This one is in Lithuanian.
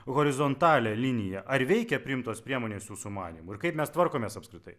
horizontalią liniją ar veikia priimtos priemonės jūsų manymu ir kaip mes tvarkomės apskritai